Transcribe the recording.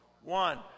One